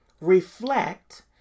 reflect